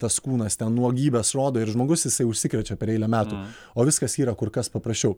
tas kūnas ten nuogybes rodo ir žmogus jisai užsikrečia per eilę metų o viskas yra kur kas paprasčiau